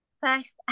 first